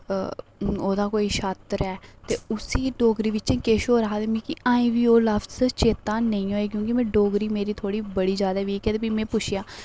ते ओह्दा कोई छात्र ऐ ते उसी डोगरी बिच किश होर आखदे मिकी अजें बी ओह् लफ्ज चेता नेईं होई क्योंकि डोगरी मेरी थोह्ड़ी बड़ी जैदा वीक ऐ ते फी में पुच्छेया